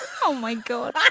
oh, my god.